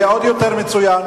יהיה עוד יותר מצוין.